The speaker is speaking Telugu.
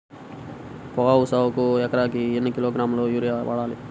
పొగాకు సాగుకు ఎకరానికి ఎన్ని కిలోగ్రాముల యూరియా వేయాలి?